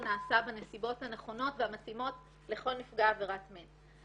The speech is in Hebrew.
נעשה בנסיבות הנכונות והמתאימות לכל נפגע עבירת מין.